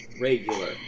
Regular